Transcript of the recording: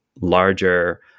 larger